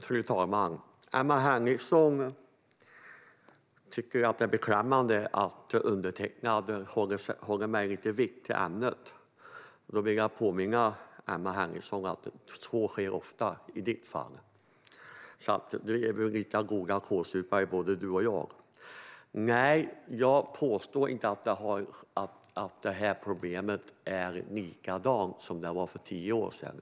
Fru talman! Emma Henriksson tycker att det är beklämmande att undertecknad förhåller sig lite vitt till ämnet. Jag vill gärna påminna dig, Emma Henriksson, om att du själv ofta gör på samma sätt. Vi är väl lika goda kålsupare både du och jag. Nej, jag påstår inte att det här problemet är likadant som för tio år sedan.